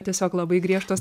tiesiog labai griežtos